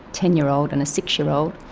ten year old and a six-year-old,